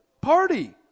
Party